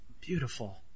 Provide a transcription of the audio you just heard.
Beautiful